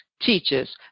Teaches